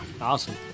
Awesome